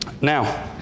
Now